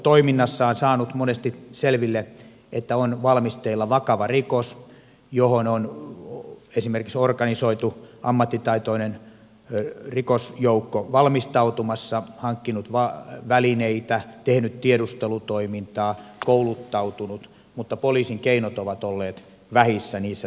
poliisi on tiedustelutoiminnassaan saanut monesti selville että on valmisteilla vakava rikos johon on esimerkiksi organisoitu ammattitaitoinen rikosjoukko valmistautumassa on hankkinut välineitä tehnyt tiedustelutoimintaa kouluttautunut mutta poliisin keinot ovat olleet vähissä niissä tilanteissa